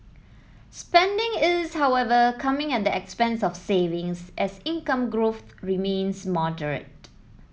spending is however coming at the expense of savings as income growth remains moderate